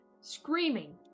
Screaming